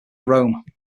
rome